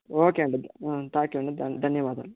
okay అండి thank you ధన్యవాదాలు